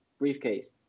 briefcase